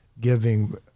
giving